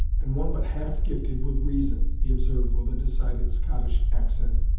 and one but half-gifted with reason, he observed with a decided scotch accent,